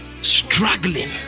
struggling